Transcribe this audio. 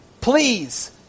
Please